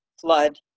flood